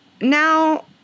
Now